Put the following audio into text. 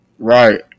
Right